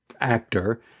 actor